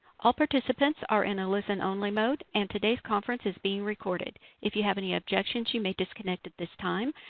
all participants are in a listen-only mode and today's conference is being recorded. if you have any objections you may disconnect at this time.